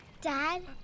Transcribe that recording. Dad